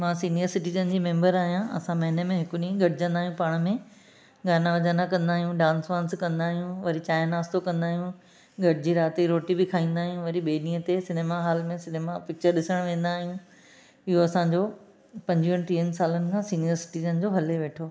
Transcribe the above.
मां senior citizen जी member आहियां असां महिने में हिकु ॾींहुं गॾिजंदा आहियूं पाण में गाना वॼाना कंदा आहियूं डांस वांस कंदा आहियूं वरी चांहि नास्तो कंदा आहियूं गॾिजी राति जी रोटी बि खाईंदा आहियूं वरी ॿिए ॾींहं ते सिनेमा हॉल में सिनेमा पिचर ॾिसणु वेंदा आहियूं इहो असांजो पंजवीहनि टीहनि सालनि खां सीनियर सिटीज़न जो हले वेठो